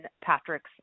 Patrick's